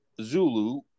Zulu